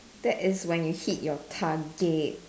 that is when you hit your target